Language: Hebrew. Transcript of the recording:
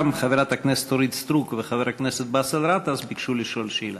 גם חברת הכנסת אורית סטרוק וחבר הכנסת באסל גטאס ביקשו לשאול שאלה.